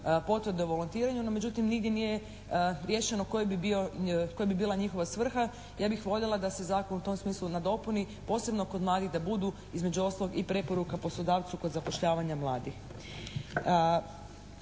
potvrde o volontiranju, no međutim nigdje nije riješeno koja bi bila njihova svrha. Ja bih voljela da se zakon u tom smislu nadopuni posebno kod mladih da budu između ostalog i preporuka poslodavcu kod zapošljavanja mladih.